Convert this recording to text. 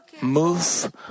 move